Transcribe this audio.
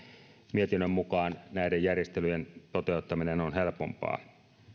mietinnön mukaan näiden järjestelyjen toteuttaminen on helpompaa kun meillä on lähetystö siellä